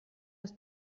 aus